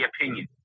opinion